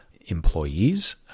employees